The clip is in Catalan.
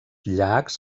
llacs